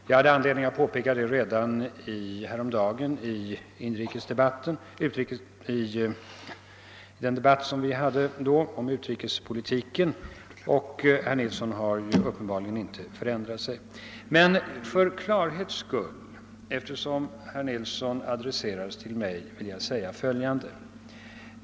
Jag hade anledning att påpeka det redan häromdagen i den debatt vi då hade om utrikespolitiken, och herr Nilsson har uppenbarligen inte förändrat sig. Men för klarhetens skull, eftersom herr Nilsson adresserade sig till mig, vill jag säga följande.